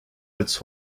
als